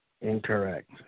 Incorrect